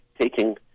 taking